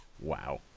Wow